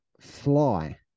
Fly